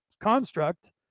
construct